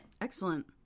excellent